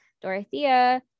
Dorothea